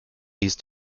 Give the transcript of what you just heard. least